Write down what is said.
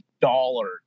dollar